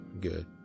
good